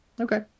Okay